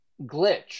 Glitch